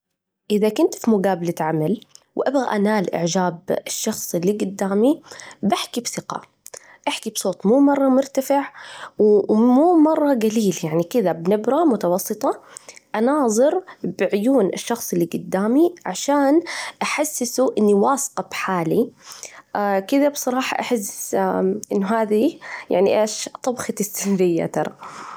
إذا كنت في مجابلة عمل وأبغى أنال إعجاب الشخص اللي جدامي، بحكي بثقة، أحكي بصوت مو مرة مرتفع ومو مرة جليل، يعني كذا بنبرة متوسطة، وأناظر بعيون الشخص اللي جدامي عشان أحسسه أني واثقة بحالي كذا بصراحة أحس أنه هذه، يعني إيش؟ طبختي السرية ترى!